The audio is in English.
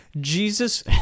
Jesus